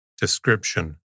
Description